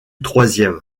troisième